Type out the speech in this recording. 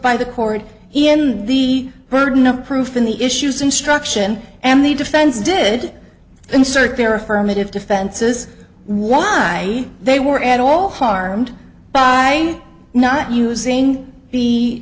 by the court in the burden of proof in the issues instruction and the defense did insert their affirmative defenses why they were at all harmed by not using